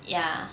ya